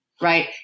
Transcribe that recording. right